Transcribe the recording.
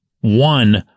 One